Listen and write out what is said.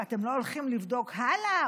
אתם לא הולכים לבדוק הלאה?